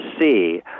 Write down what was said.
see